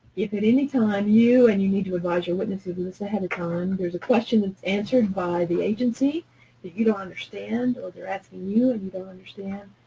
if at any time you and you need to advise your witnesses of this ahead of time there is a question that's answered by the agency that you don't understand or they're asking you and you don't understand,